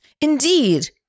Indeed